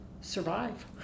survive